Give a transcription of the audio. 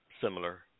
similar